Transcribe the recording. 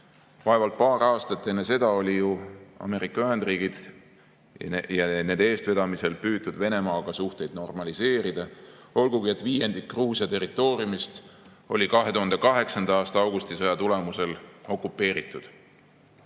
Vaevalt paar aastat enne seda oli ju Ameerika Ühendriikide eestvedamisel püütud Venemaaga suhteid normaliseerida. Olgugi et viiendik Gruusia territooriumist oli 2008. aasta augustisõja tulemusel okupeeritud. Normandia